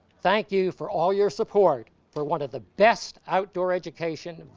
thank you for all your support for one of the best outdoor education,